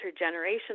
intergenerational